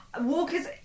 Walker's